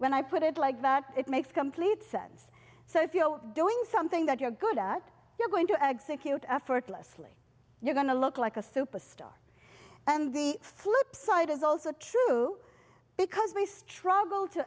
when i put it like that it makes complete sense so if you're doing something that you're good at you're going to execute effortlessly you're going to look like a superstar and the flipside is also true because we struggle to